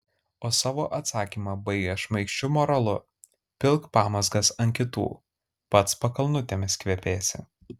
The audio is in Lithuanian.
o savo atsakymą baigia šmaikščiu moralu pilk pamazgas ant kitų pats pakalnutėmis kvepėsi